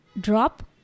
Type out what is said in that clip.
drop